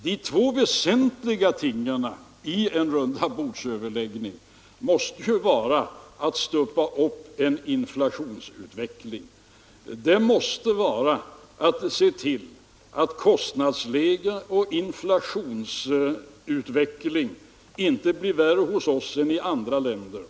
De väsentliga tingen i en rundabordsöverläggning måste vara att stoppa upp en inflationsutveckling, det måste vara att se till att kostnadsläget och inflationsutvecklingen inte försämras mer hos oss än i andra länder.